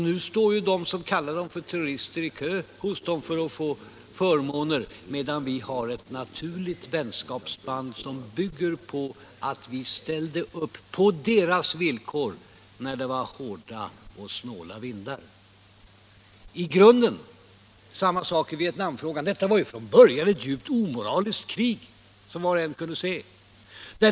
Nu står de som kallade dessa personer för terrorister i kö för att få förmåner i deras länder, medan vi har ett naturligt vänskapsband, som bygger på att vi ställde upp på deras villkor när det blåste hårda och snåla vindar. I grunden förhåller det sig på samma sätt med Vietnamfrågan. Detta var från början ett djupt omoraliskt krig, något som var och en kunde se.